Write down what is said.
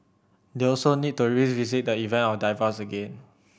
they also need to revisit the event of divorce again